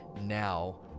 now